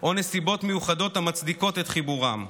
או נסיבות מיוחדות המצדיקות את חיבורם.